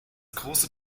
große